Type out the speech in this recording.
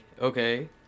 Okay